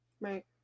Right